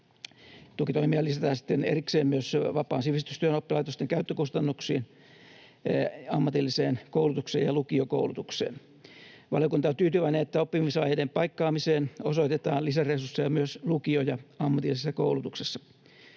Tukitoimia lisätään sitten erikseen myös vapaan sivistystyön oppilaitosten käyttökustannuksiin, ammatilliseen koulutukseen ja lukiokoulutukseen. Valiokunta on tyytyväinen, että oppimisvajeiden paikkaamiseen osoitetaan lisäresursseja myös lukio- ja ammatillisessa koulutuksessa.